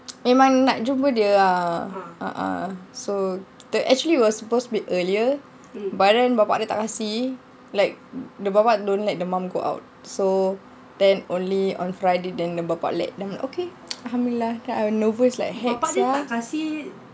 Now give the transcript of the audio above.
memang nak jumpa dia ah uh uh so actually it was supposed to be earlier but then bapa dia tak kasi like the bapa don't let the mum go out so then only on friday then the bapa let then okay alhamdulillah then I nervous like heck sia